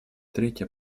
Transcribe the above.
третья